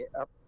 up